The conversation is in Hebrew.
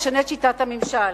תשנה את שיטת הממשל.